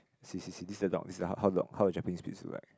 see see see this is the dog this is how how a Japanese Spitz look like